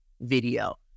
video